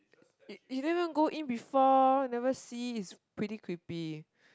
you you never even go in before never see it's pretty creepy